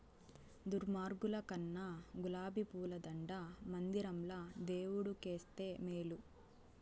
దుర్మార్గుల కన్నా గులాబీ పూల దండ మందిరంల దేవుడు కేస్తే మేలు